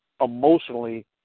emotionally